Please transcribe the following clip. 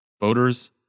Voters